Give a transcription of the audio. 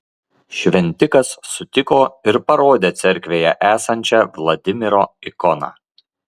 šventikas sutiko ir parodė cerkvėje esančią vladimiro ikoną